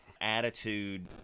attitude